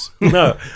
No